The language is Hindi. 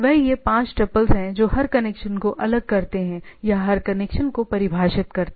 वे ये पाँच टुपल्स हैं जो हर कनेक्शन को अलग करते हैं या हर कनेक्शन को परिभाषित करते हैं